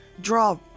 draw